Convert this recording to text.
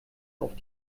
auf